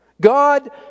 God